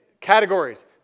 Categories